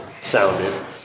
sounded